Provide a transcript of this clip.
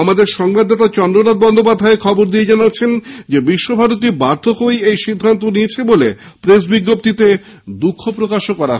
আমাদের সংবাদদাদা চন্দ্রনাথ বন্দ্যোপাধ্যায় এখবর দিয়ে জানিয়েছেন বিশ্বভারতী বাধ্য হয়েই এই সিদ্ধান্ত নিয়েছে বলে প্রেস বিজ্ঞপ্তিতে দুঃখ প্রকাশ করা হয়েছে